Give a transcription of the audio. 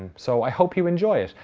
so i hope you enjoy it.